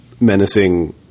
menacing